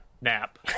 nap